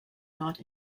not